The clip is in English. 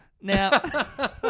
Now